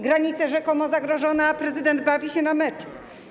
Granica rzekomo zagrożona, a prezydent bawi się na meczu.